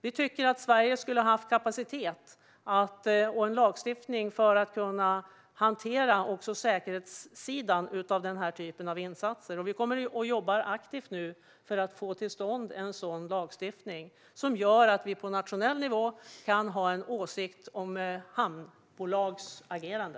Vi tycker att Sverige borde ha kapacitet och en lagstiftning för att kunna hantera också säkerhetssidan av denna typ av insatser. Vi jobbar nu aktivt för att få till stånd en lagstiftning som gör att vi på nationell nivå kan ha en åsikt om hamnbolags agerande.